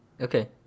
Okay